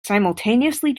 simultaneously